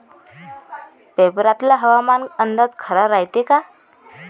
पेपरातला हवामान अंदाज खरा रायते का?